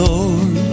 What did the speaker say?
Lord